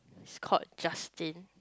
he's called Justin